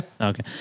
Okay